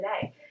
today